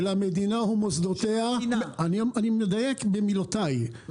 אני מדייק במילותיי,